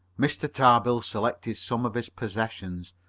mr. tarbill selected some of his possessions,